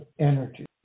energy